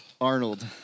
Arnold